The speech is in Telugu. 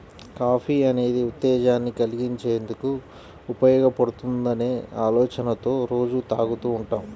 కాఫీ అనేది ఉత్తేజాన్ని కల్గించేందుకు ఉపయోగపడుతుందనే ఆలోచనతో రోజూ తాగుతూ ఉంటాం